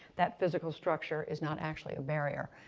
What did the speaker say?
that physical structure is not actually a barrier.